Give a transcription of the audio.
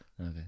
okay